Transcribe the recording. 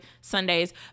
Sundays